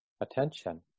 attention